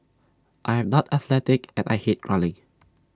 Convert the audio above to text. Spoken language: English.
I am not athletic and I hate running